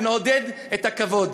ונעודד את הכבוד.